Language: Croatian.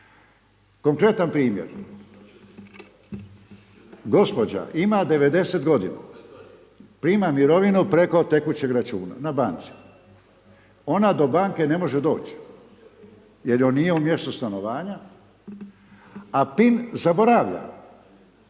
Konkretan primjer, gđa ima 90 g. prima mirovinu preko tekućeg računa, na banci, ona do banke ne može doći, jer joj nije u mjestu stanovanja, a pin zaboravlja.